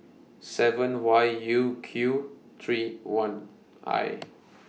seven Y U Q three one I